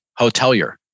hotelier